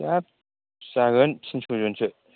हाब जागोन तिनस' जनसो